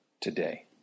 today